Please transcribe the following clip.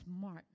smart